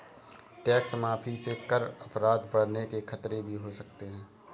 tax माफी से कर अपराध बढ़ने के खतरे भी हो सकते हैं